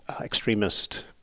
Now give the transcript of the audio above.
extremist